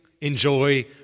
enjoy